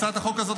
הצעת החוק הזאת,